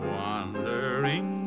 wandering